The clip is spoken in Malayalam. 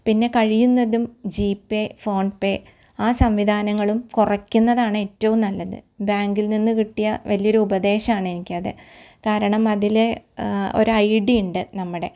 പിന്നെ കഴിയുന്നതും ജീപ്പേ ഫോൺപേ ആ സംവിധാനങ്ങളും കുറയ്ക്കുന്നതാണ് ഏറ്റവും നല്ലത് ബാങ്കിൽ നിന്ന് കിട്ടിയ വലിയ ഒരു ഉപദേശമാണ് എനിക്ക് അത് കാരണം അതിലെ ഒരു ഐ ഡി ഉണ്ട് നമ്മടെ